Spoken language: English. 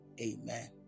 Amen